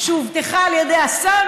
לממשלתית שהובטחה על ידי השר,